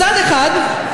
מצד אחד,